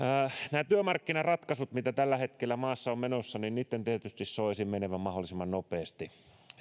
näiden työmarkkinaratkaisujen mitä tällä hetkellä maassa on menossa tietysti soisi menevän mahdollisimman nopeasti